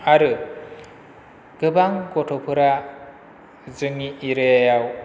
आरो गोबां गथ'फोरा जोंनि एरियायाव